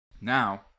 Now